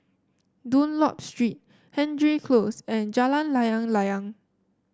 Dunlop Street Hendry Close and Jalan Layang Layang